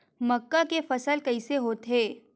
मक्का के फसल कइसे होथे?